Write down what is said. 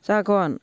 जागोन